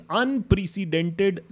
unprecedented